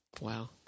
wow